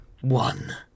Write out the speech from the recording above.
one